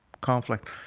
conflict